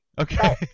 Okay